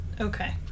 Okay